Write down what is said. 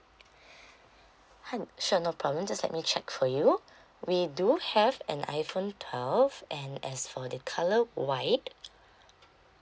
hi sure no problem just let me check for you we do have an iphone twelve and as for the colour white